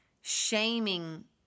shaming